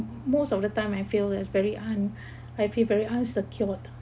most of the time I fail that's very un~ I feel very unsecured